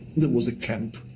there was a camp,